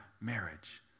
marriage